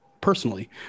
personally